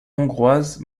hongroise